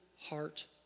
heart